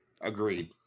Agreed